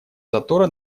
затора